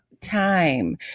time